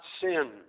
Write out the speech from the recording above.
sin